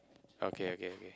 okay okay okay